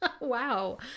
wow